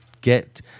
get